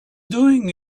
doing